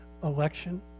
Election